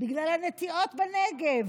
בגלל הנטיעות בנגב.